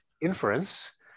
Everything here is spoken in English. inference